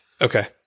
Okay